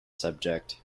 subject